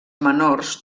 menors